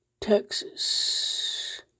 Texas